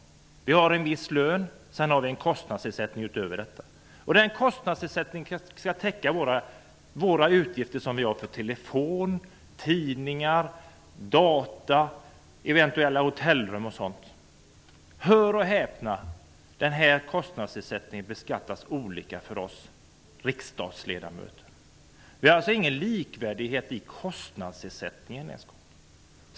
Vi har dels en viss lön, dels en viss kostnadsersättning därutöver. Denna kostnadsersättning skall täcka våra utgifter för telefon, tidningar, data, eventuella hotellrum osv. Hör och häpna! Denna kostnadsersättning beskattas olika för oss riksdagsledamöter. Det är alltså ingen likvärdig behandling ens när det gäller denna kostnadsersättning.